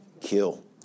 Kill